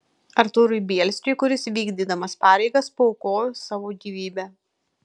artūrui bielskiui kuris vykdydamas pareigas paaukojo savo gyvybę